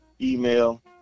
email